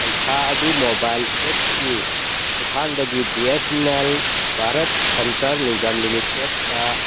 ꯄꯩꯁꯥ ꯑꯗꯨ ꯃꯣꯕꯥꯏꯜ ꯑꯦꯞꯀꯤ ꯈꯨꯊꯥꯡꯗꯒꯤ BSNL Bharat Sanchar Nigam ꯂꯤꯃꯤꯇꯦꯠꯇ